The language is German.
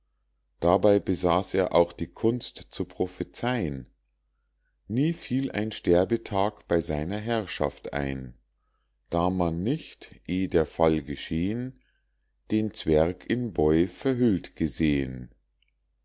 dabei besaß er auch die kunst zu prophezei'n nie fiel ein sterbetag bei seiner herrschaft ein da man nicht eh der fall geschehen den zwerg in boy verhüllt gesehen